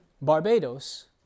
Barbados